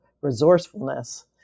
resourcefulness